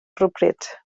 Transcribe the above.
rhywbryd